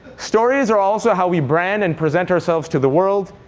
stories are also how we brand and present ourselves to the world.